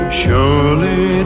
surely